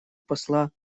посла